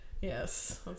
Yes